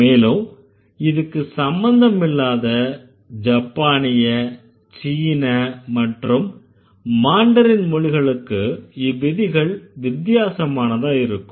மேலும் இதுக்கு சம்பந்தமில்லாத ஜப்பானிய சீன மற்றும் மாண்டரின் மொழிகளுக்கு இவ்விதிகள் வித்தியாசமானதா இருக்கும்